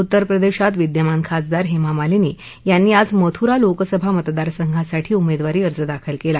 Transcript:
उत्तरप्रदध्तित विद्यमान खासदार हस्त्रमालिनी यांनी आज मथुरा लोकसभा मतदारसंघांसाठी उमध्वारी अर्ज दाखल कला